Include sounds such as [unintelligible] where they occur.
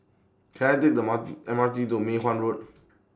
Can I Take The Mar [unintelligible] M R T to Mei Hwan Road